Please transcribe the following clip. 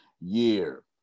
year